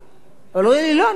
אני צריכה לקחת עוד שניים,